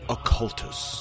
Occultus